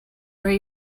where